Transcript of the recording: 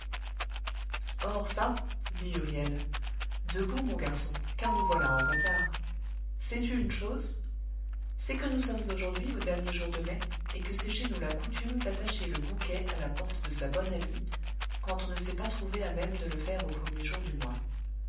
or çà dit huriel debout mon garçon car nous voilà en retard sais-tu une chose c'est que nous sommes aujourd'hui au dernier jour de mai et que c'est chez nous la coutume d'attacher le bouquet à la porte de sa bonne amie quand on ne s'est pas trouvé à même de le faire au premier jour du mois